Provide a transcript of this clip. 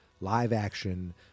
live-action